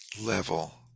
level